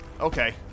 Okay